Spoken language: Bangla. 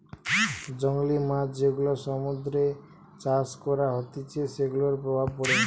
জংলী মাছ যেগুলা সমুদ্রতে চাষ করা হতিছে সেগুলার প্রভাব পড়ে